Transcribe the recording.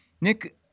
Nick